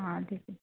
हां ठीक आहे